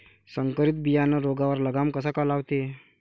संकरीत बियानं रोगावर लगाम कसा लावते?